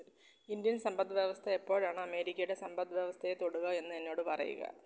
Indian സമ്പദ് വ്യവസ്ഥ എപ്പോഴാണ് അമേരിക്കയുടെ സമ്പദ് വ്യവസ്ഥയെ തൊടുക എന്ന് എന്നോട് പറയൂ